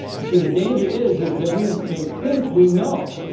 you see the danger is is that we may think we know